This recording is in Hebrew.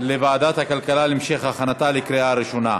לוועדת הכלכלה להמשך הכנתה לקריאה ראשונה.